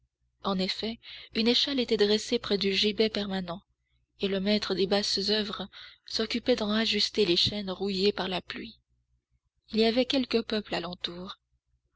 en effet une échelle était dressée près du gibet permanent et le maître des basses oeuvres s'occupait d'en rajuster les chaînes rouillées par la pluie il y avait quelque peuple